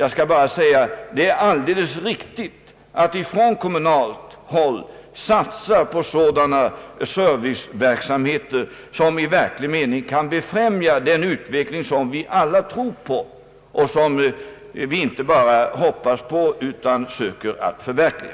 Jag skall bara säga att det är alldeles riktigt att kommunerna satsar på sådana serviceverksamheter, som i verklig mening kan befrämja den utveckling som vi alla tror på och som vi inte bara hoppas på utan söker att förverkliga.